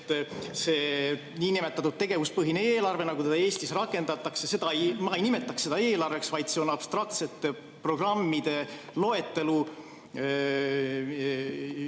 See nn tegevuspõhine eelarve, nagu teda Eestis rakendatakse, seda ma ei nimetaks eelarveks, vaid see on abstraktsete programmide loetelu